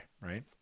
right